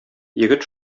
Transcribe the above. егет